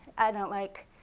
i don't like.